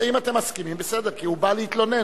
אם אתם מסכימים, בסדר, כי הוא בא להתלונן.